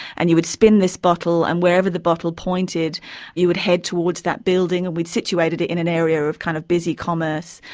and you would spin this bottle, and wherever the bottle pointed you would head towards that building, and we'd situated it in an area of kind of busy commerce,